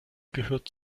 gehört